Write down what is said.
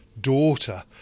daughter